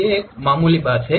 ये मामूली बात हैं